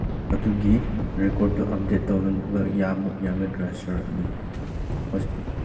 ꯑꯗꯨꯒꯤ ꯔꯦꯀꯣꯔꯠꯇꯨ ꯑꯞꯗꯦꯠ ꯇꯧꯅꯕ ꯌꯥꯕ ꯌꯥꯒꯗ꯭ꯔꯥ ꯁꯥꯔ ꯑꯗꯨꯒ